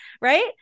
Right